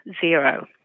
zero